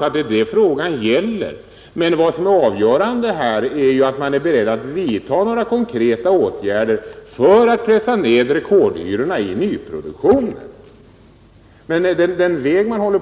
att det är det frågan gäller. Men vad som är avgörande är att man inte är beredd att vidta några konkreta åtgärder för att pressa ned rekordhyrorna i nyproduktionen.